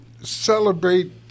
celebrate